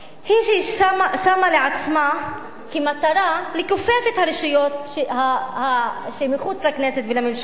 היא שמה לעצמה כמטרה לכופף את הרשויות שמחוץ לכנסת ולממשלה,